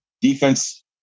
defense